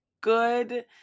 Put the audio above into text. good